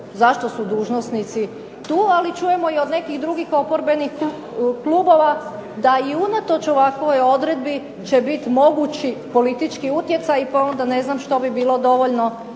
zašto su dužnosnici tu, ali čujemo i od nekih drugih oporbenih klubova da i unatoč ovakvoj odredbi će biti mogući politički utjecaj, pa onda ne znam što bi bilo dovoljno